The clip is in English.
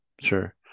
Sure